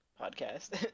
podcast